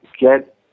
get